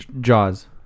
Jaws